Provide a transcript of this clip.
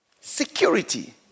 Security